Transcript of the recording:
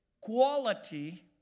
quality